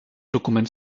dokument